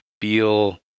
feel